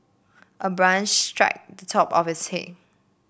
a branch struck the top of his head